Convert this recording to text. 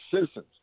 citizens